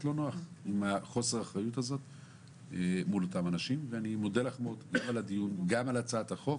אני מודה לך מאוד עבור הצעת החוק